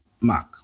Mark